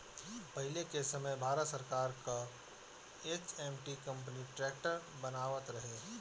पहिले के समय भारत सरकार कअ एच.एम.टी कंपनी ट्रैक्टर बनावत रहे